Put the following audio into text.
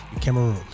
Cameroon